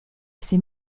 ces